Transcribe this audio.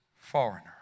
foreigner